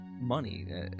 money